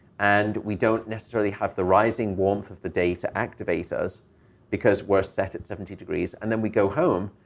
and we don't necessarily have the rising warmth of the day to activate us because we're set at seventy degrees, and then we go home,